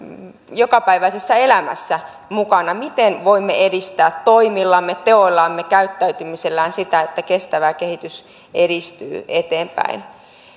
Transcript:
jokapäiväisessä elämässä mukana miten voimme edistää toimillamme teoillamme käyttäytymisellämme sitä että kestävä kehitys edistyy eteenpäin